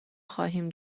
خواهیم